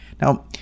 Now